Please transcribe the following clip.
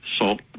salt